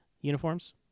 uniforms